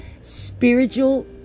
spiritual